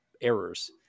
errors